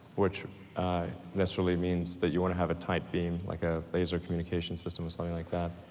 which viscerally means that you wanna have a tight beam, like a laser communication system or something like that,